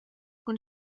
cun